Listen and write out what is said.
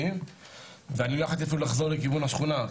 ואפילו לא יכולתי לחזור לשכונה.